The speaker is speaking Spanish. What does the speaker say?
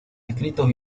escritos